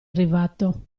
arrivato